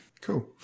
Cool